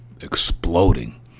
exploding